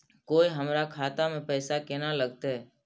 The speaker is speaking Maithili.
कोय हमरा खाता में पैसा केना लगते?